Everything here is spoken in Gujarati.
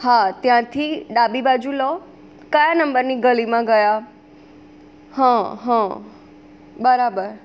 હા ત્યાંથી ડાબી બાજુ લો કયા નંબરની ગલીમાં ગયા બરાબર